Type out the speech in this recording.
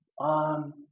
on